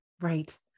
Right